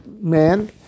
man